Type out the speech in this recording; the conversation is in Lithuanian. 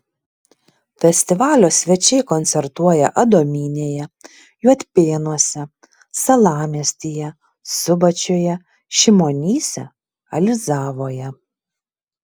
festivalio svečiai koncertuoja adomynėje juodpėnuose salamiestyje subačiuje šimonyse alizavoje